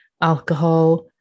alcohol